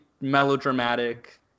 melodramatic